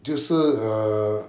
就是 err